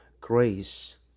grace